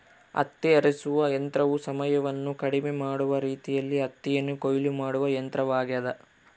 ಹತ್ತಿ ಆರಿಸುವ ಯಂತ್ರವು ಸಮಯವನ್ನು ಕಡಿಮೆ ಮಾಡುವ ರೀತಿಯಲ್ಲಿ ಹತ್ತಿಯನ್ನು ಕೊಯ್ಲು ಮಾಡುವ ಯಂತ್ರವಾಗ್ಯದ